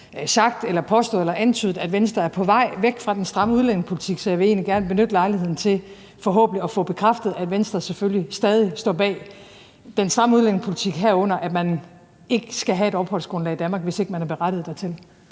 sagt, påstået eller antydet, at Venstre er på vej væk fra den stramme udlændingepolitik, så jeg vil egentlig gerne benytte lejligheden til forhåbentlig at få bekræftet, at Venstre selvfølgelig stadig står bag den samme udlændingepolitik, herunder at man ikke skal have et opholdsgrundlag i Danmark, hvis ikke man er berettiget dertil.